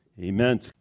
Amen